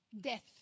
death